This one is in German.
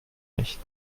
nicht